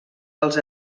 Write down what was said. els